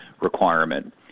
requirement